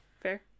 fair